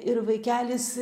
ir vaikelis